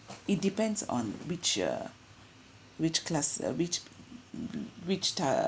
it depends on which uh which class uh which which type